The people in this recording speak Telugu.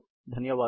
ధన్యవాదాలు